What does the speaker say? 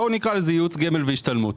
בואו נקרא לזה ייעוץ גמל והשתלמות.